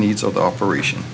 needs of the operation